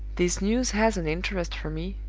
this news has an interest for me,